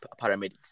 paramedics